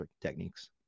techniques